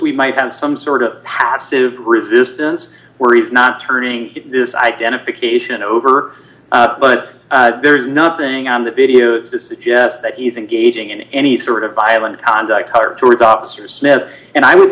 we might have some sort of passive resistance where he's not turning this identification over but there's nothing on the video to suggest that he's engaging in any sort of violent conduct towards officers and i would